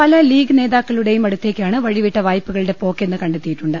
പല ലീഗ് നേതാക്കളുടെയും അടുത്തേക്കാണ് വഴിവിട്ട വായ്പകളുടെ പോക്കെന്ന് കണ്ടെത്തിയിട്ടുണ്ട്